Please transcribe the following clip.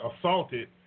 Assaulted